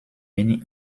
many